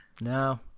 no